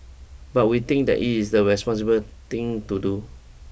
but we think that it is the responsible thing to do